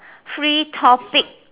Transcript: free topic